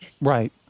right